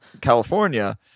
California